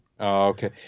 Okay